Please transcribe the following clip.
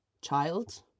child